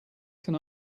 can